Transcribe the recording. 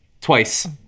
Twice